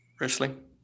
Wrestling